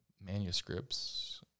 manuscripts